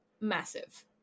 massive